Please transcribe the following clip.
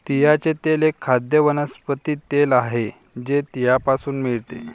तिळाचे तेल एक खाद्य वनस्पती तेल आहे जे तिळापासून मिळते